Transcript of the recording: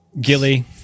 Gilly